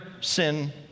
sin